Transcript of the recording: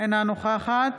אינה נוכחת